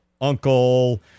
uncle